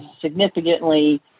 significantly